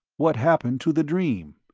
what happened to the dream?